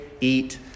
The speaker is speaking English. eat